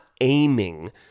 aiming